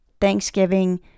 Thanksgiving